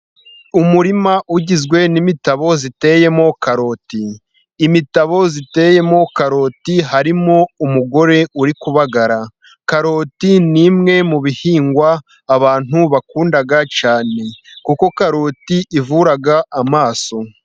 Umurima ugizwe n'imitabo iteyemo karoti. Imitabo iteyemo karoti harimo umugore uri kubagara, karoti ni imwe mu bihingwa abantu bakunda cyane kuko karoti ivura amaso.